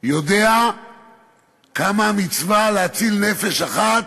יודע כמה גדולה המצווה להציל נפש אחת,